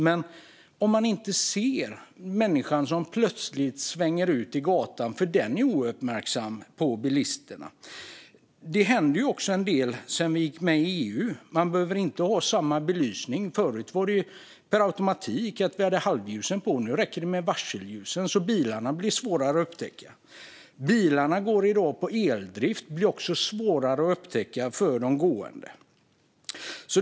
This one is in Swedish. Men tänk om man inte ser människan som plötsligt svänger ut i gatan eftersom den människan är ouppmärksam på bilisterna! Det har också hänt en del sedan vi gick med i EU. Man behöver inte ha samma belysning nu. Förut hade vi per automatik halvljusen på. Nu räcker det med varselljus. Därför blir bilarna svårare att upptäcka. Bilarna drivs i dag med el och blir också därför svårare att upptäcka för de gående.